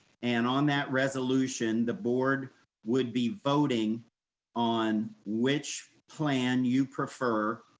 and on that resolution, the board would be voting on which plan you prefer,